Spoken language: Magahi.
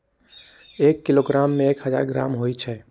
एक किलोग्राम में एक हजार ग्राम होई छई